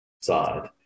side